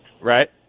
Right